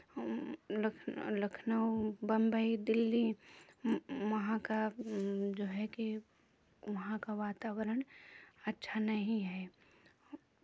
लख लखनऊ बंबई दिल्ली वहाँ का जो है कि वहाँ का वातावरण अच्छा नहीं है